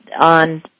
on